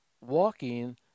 walking